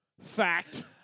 Fact